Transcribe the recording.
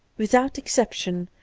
without exception,